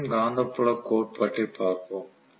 சுழலும் காந்தப்புலக் கோட்பாட்டைப் பார்ப்போம்